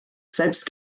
selbst